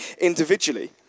individually